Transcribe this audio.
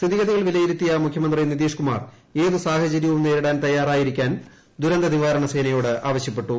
സ്ഥിതിഗതികൾവിലയിരുത്തിയമുഖ്യമന്ത്രി നിതീഷ്കുമാർഏത്സാഹചര്യവും നേരിടാൻ തയ്യാറായിരിക്കാൻ ദുരന്തനിവാരണസേനയോട്ആവശ്യപ്പെട്ടു